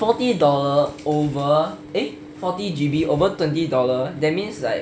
forty dollar over eh forty G_B over twenty dollars that means like